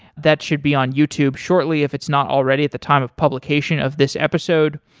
that should be on youtube shortly if it's not already at the time of publication of this episode.